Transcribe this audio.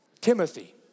Timothy